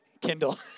Kindle